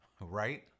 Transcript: Right